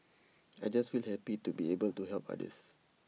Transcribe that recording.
I just feel happy to be able to help others